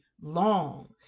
long